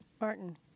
Martin